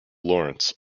lawrence